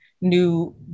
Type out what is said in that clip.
new